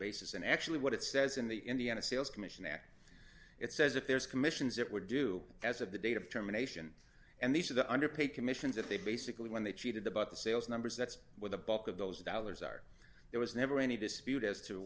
basis and actually what it says in the indiana sales commission act it says if there's commissions it would do as of the date of terminations and these are the underpaid commissions that they basically when they cheated about the sales numbers that's where the bulk of those dollars are there was never any dispute as to